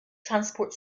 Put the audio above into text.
transport